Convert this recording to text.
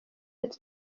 ati